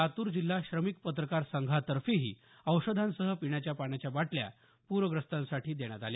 लातूर जिल्हा श्रमिक पत्रकार संघातर्फेही औषधांसह पिण्याच्या पाणाच्या बाटल्या पूरग्रस्तांसाठी देण्यात आल्या